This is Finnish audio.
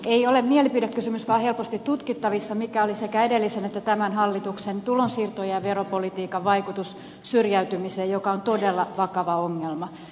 ei ole mielipidekysymys vaan helposti tutkittavissa mikä oli sekä edellisen että tämän hallituksen tulonsiirto ja veropolitiikan vaikutus syrjäytymiseen joka on todella vakava ongelma